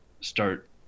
start